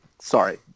sorry